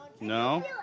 No